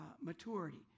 maturity